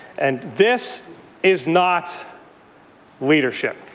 and this is not leadership.